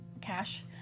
cash